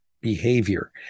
behavior